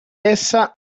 essa